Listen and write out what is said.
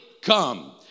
come